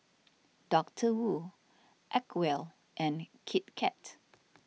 Doctor Wu Acwell and Kit Kat